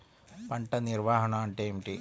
పంట నిర్వాహణ అంటే ఏమిటి?